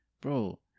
bro